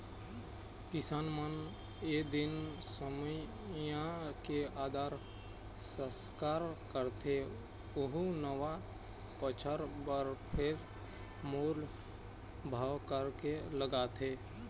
किसान मन ए दिन कमइया के आदर सत्कार करथे अउ नवा बछर बर फेर मोल भाव करके लगाथे